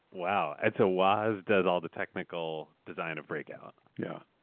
wow. and so woz does all the technical design of breakout. yeah.